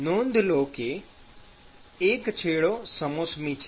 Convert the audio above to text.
નોંધ લો કે એક છેડો સમોષ્મિ છે